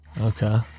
Okay